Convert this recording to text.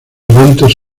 eventos